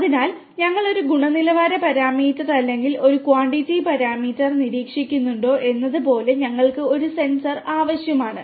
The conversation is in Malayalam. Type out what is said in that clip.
അതിനാൽ ഞങ്ങൾ ഒരു ഗുണനിലവാര പാരാമീറ്റർ അല്ലെങ്കിൽ ഒരു ക്വാണ്ടിറ്റി പാരാമീറ്റർ നിരീക്ഷിക്കുന്നുണ്ടോ എന്നത് പോലെ ഞങ്ങൾക്ക് ഒരു സെൻസർ ആവശ്യമാണ്